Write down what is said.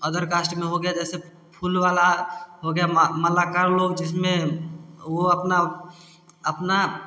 other caste में हो गया जैसे फुल वाला हो गया मा मालाकार लोग जिसमें वो अपना अपना